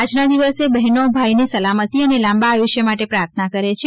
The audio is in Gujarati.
આજના દિવસે બહેનો ભાઇની સલામતી અને લાંબા આયુષ્ય માટે પ્રાર્થના કરે છે